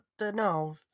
no